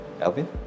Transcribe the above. Alvin